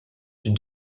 une